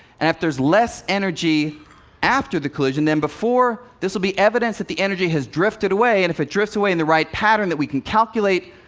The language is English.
and if there's less energy after the collision than before, this will be evidence that the energy has drifted away. and if it drifts away in the right pattern that we can calculate,